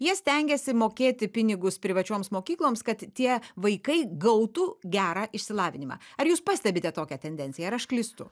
jie stengiasi mokėti pinigus privačioms mokykloms kad tie vaikai gautų gerą išsilavinimą ar jūs pastebite tokią tendenciją ar aš klystu